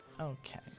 Okay